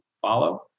follow